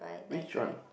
which one